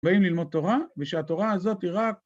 ואם ללמוד תורה, ושהתורה הזאת היא רק...